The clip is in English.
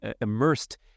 immersed